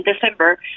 december